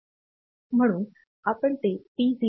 म्हणून आपण ते P0